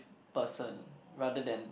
person rather than